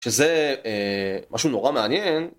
שזה משהו נורא מעניין.